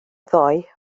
ddoe